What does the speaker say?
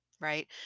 right